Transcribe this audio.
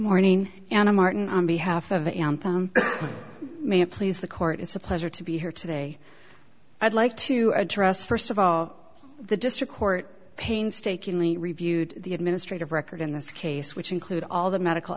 morning anna martin on behalf of may it please the court it's a pleasure to be here today i'd like to address first of all the district court painstakingly reviewed the administrative record in this case which include all the medical